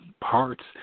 parts